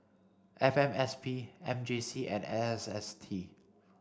F M S P M J C and S S T